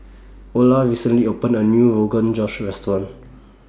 Ola recently opened A New Rogan Josh Restaurant